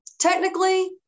technically